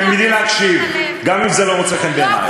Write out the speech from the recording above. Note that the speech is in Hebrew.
תלמדי להקשיב, גם אם זה לא מוצא חן בעינייך.